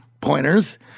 pointers